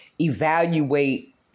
evaluate